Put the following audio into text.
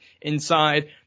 inside